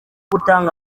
gutanga